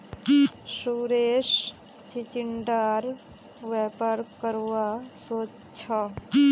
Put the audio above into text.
सुरेश चिचिण्डार व्यापार करवा सोच छ